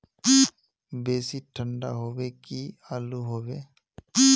बेसी ठंडा होबे की आलू होबे